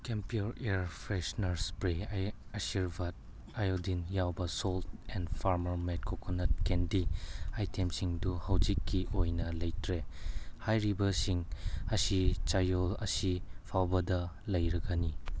ꯀꯦꯝꯄꯤꯌꯣꯔ air freshener spray ꯑꯁꯤꯔꯕꯥꯠ iodine ꯌꯥꯎꯕ salt and ꯐꯥꯔꯃꯔ ꯃꯦꯠ ꯀꯣꯀꯣꯅꯠ ꯀꯦꯟꯗꯤ ꯑꯥꯏꯇꯦꯝꯁꯤꯡꯗꯨ ꯍꯧꯖꯤꯛꯀꯤ ꯑꯣꯏꯅ ꯂꯩꯇꯔꯦ ꯍꯥꯏꯔꯤꯕꯁꯤꯡ ꯑꯁꯤ ꯆꯌꯣꯜ ꯑꯁꯤ ꯐꯥꯎꯕꯗ ꯂꯩꯔꯒꯅꯤ